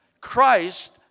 Christ